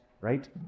right